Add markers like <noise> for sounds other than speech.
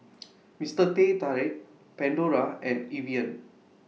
<noise> Mister Teh Tarik Pandora and Evian